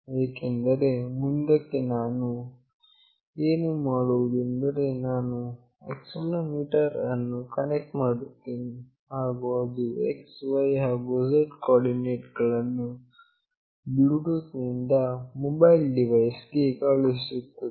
ಏಕೆಂದರೆ ಮುಂದಕ್ಕೆ ನಾವು ಏನು ಮಾಡುವುದೆಂದರೆ ನಾವು ಆಕ್ಸೆಲೆರೋಮೀಟರ್ ಅನ್ನು ಕನೆಕ್ಟ್ ಮಾಡುತ್ತೇವೆ ಹಾಗು ಅದು x y zನ ಕೋಆರ್ಡಿನೇಟ್ ಗಳನ್ನು ಬ್ಲೂಟೂತ್ ನಿಂದ ಮೊಬೈಲ್ ಡಿವೈಸ್ ಗೆ ಕಳುಹಿಸುತ್ತದೆ